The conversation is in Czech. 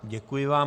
Děkuji vám.